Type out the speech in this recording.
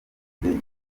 nkibona